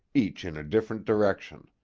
each in a different direction.